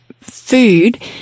food